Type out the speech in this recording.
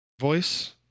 voice